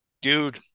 dude